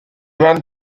ventes